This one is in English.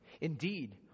indeed